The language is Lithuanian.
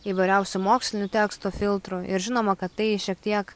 įvairiausių mokslinių tekstų filtrų ir žinoma kad tai šiek tiek